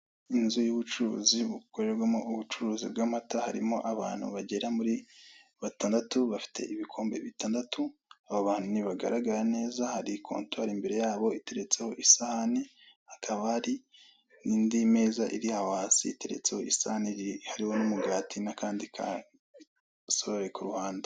Inzu y'ubucuruzi bukorerwamo ubucuruzi bw'amata, harimo abantu bagera muri batandatu, bafite ibikombe bitandatu, aba bantu ntibagaragara neza, hari kontwari imbere yabo iteretseho isahani, hakaba hari n'indi meza iri aho hasi iteretseho isahani, hariho n'umugati, n'akandi kasorori ku ruhande.